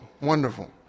wonderful